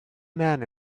man